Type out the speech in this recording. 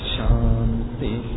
Shanti